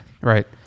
Right